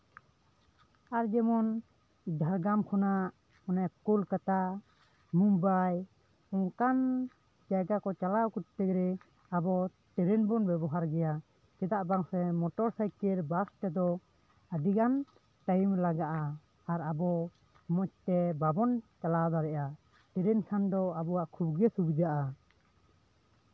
ᱟᱨ ᱡᱮᱢᱚᱱ ᱡᱷᱟᱲᱜᱨᱟᱢ ᱠᱷᱚᱱᱟᱜ ᱠᱳᱞᱠᱟᱛᱟ ᱢᱩᱢᱵᱟᱭ ᱚᱱᱠᱟᱱ ᱡᱟᱭᱜᱟ ᱠᱚ ᱪᱟᱞᱟᱣ ᱠᱚᱨᱛᱮ ᱜᱮᱞᱮ ᱟᱵᱚ ᱴᱨᱮᱱ ᱵᱚᱱ ᱵᱮᱵᱚᱦᱟᱨ ᱜᱮᱭᱟ ᱪᱮᱫᱟᱜ ᱵᱟᱝᱥᱮ ᱢᱚᱴᱚᱨ ᱥᱟᱭᱠᱮᱞ ᱵᱟᱥ ᱛᱮᱫᱚ ᱟᱹᱰᱤᱜᱟᱱ ᱴᱟᱭᱤᱢ ᱞᱟᱜᱟᱜᱼᱟ ᱟᱨ ᱟᱵᱚ ᱢᱚᱡᱽ ᱛᱮ ᱵᱟᱵᱚᱱ ᱪᱟᱞᱟᱣ ᱫᱟᱲᱮᱭᱟᱜᱼᱟ ᱴᱨᱮᱱ ᱠᱷᱟᱱ ᱫᱚ ᱟᱵᱚᱣᱟᱜ ᱠᱷᱩᱵᱜᱮ ᱥᱩᱵᱤᱫᱷᱟᱜᱼᱟ